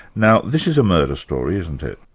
now this is a murder story, isn't it?